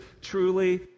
truly